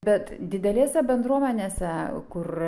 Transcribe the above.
bet didelėse bendruomenėse kur